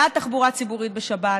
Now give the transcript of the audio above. בעד תחבורה ציבורית בשבת.